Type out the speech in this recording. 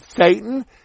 Satan